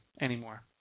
anymore